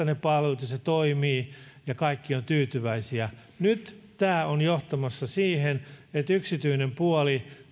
ne palvelut ja se toimii ja kaikki ovat tyytyväisiä nyt tämä on johtamassa siihen että yksityinen puoli